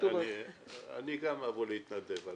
אני אבוא להתנדב.